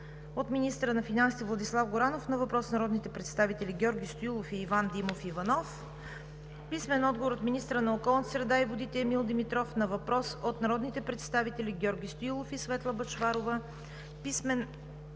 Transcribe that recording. - министъра на финансите Владислав Горанов на въпрос от народните представители Георги Стоилов и Иван Димов Иванов; - министъра на околната среда и водите Емил Димитров на въпрос от народните представители Георги Стоилов и Светла Бъчварова; -